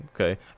Okay